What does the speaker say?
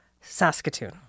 Saskatoon